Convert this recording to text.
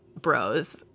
bros